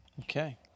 okay